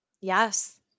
Yes